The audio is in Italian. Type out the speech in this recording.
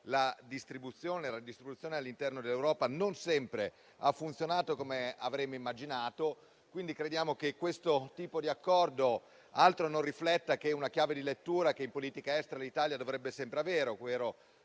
la distribuzione all'interno dell'Europa non sempre ha funzionato come avremmo immaginato. Quindi, crediamo che questo tipo di Accordo non rappresenti altro che una chiave di lettura che l'Italia dovrebbe sempre avere